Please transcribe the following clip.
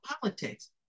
politics